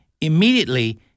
Immediately